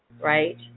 right